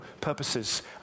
purposes